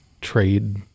trade